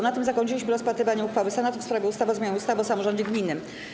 Na tym zakończyliśmy rozpatrywanie uchwały Senatu w sprawie ustawy o zmianie ustawy o samorządzie gminnym.